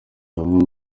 bamwe